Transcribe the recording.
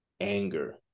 anger